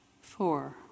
Four